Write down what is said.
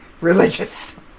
religious